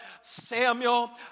Samuel